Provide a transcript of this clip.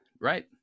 right